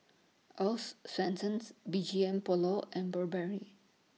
Earl's Swensens B G M Polo and Burberry